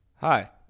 Hi